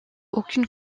aucune